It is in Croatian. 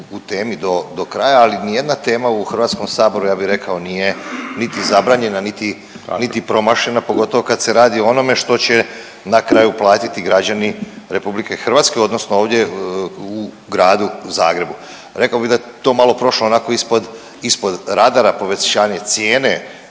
u temi do kraja, ali nijedna tema u HS-u, ja bih rekao, nije niti zabranjena niti promašena, pogotovo kad se radi o onome što će na kraju platiti građani RH odnosno ovdje u Gradu Zagrebu. Rekao bih da je to malo prošlo onako, ispod, ispod radara povećanje cijene